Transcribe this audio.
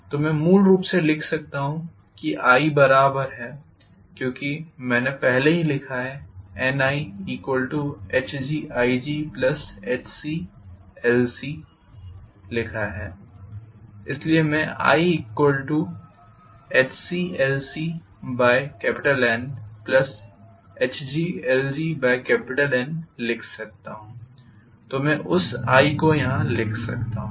तो मैं मूल रूप से लिख सकता हूं कि i बराबर है क्यूंकी मैंने पहले ही लिखा है लिखा है इसलिए मैं NiHglgHclc लिख सकता हूं तो मैं उस i को यहां लिख सकता हूं